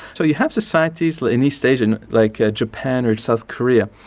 so you have societies like in east asian, like japan or south korea,